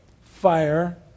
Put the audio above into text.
fire